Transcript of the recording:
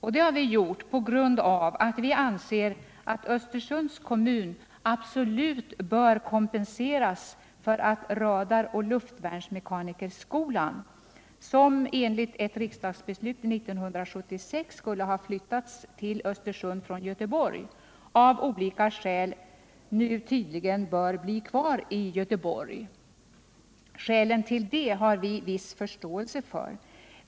Detta har vi gjort på grund av att vi anser att Östersunds kommun absolut bör kompenseras för att radaroch luftvärnsmekanikerskolan, som enligt ett riksdagsbeslut 1976 skulle ha flyttats till Östersund från Göteborg, av olika skäl nu tydligen bör bli kvar i Göteborg. Skälen till detta har vi viss förståelse för.